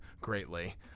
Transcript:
greatly